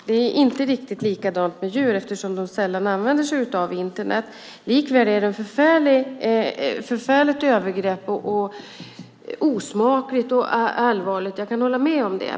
Det är inte riktigt likadant med djur eftersom de sällan använder sig av Internet. Likväl är ett övergrepp på djur förfärligt, osmakligt och allvarligt; det kan jag hålla med om.